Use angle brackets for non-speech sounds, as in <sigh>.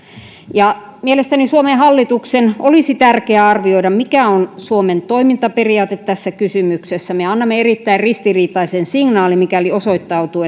mielestäni suomen hallituksen olisi tärkeää arvioida mikä on suomen toimintaperiaate tässä kysymyksessä me annamme erittäin ristiriitaisen signaalin mikäli osoittautuu <unintelligible>